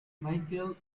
michael